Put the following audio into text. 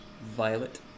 Violet